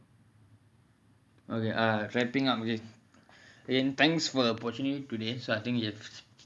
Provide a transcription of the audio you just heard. okay uh wrapping up with in thanks for the opportunity today so I think you have